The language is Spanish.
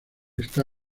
está